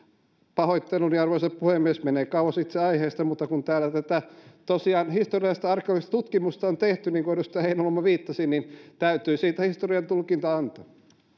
pahoitteluni arvoisa puhemies menee kauas itse aiheesta mutta kun täällä tosiaan tätä historiallista arkeologista tutkimusta on tehty niin kuin edustaja heinäluoma viittasi niin täytyy siitä historiantulkinta antaa meillä